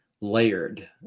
layered